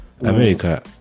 America